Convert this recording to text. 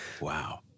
Wow